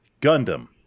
Gundam